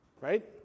Right